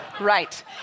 Right